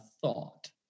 thought